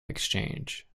exchange